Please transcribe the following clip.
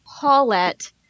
paulette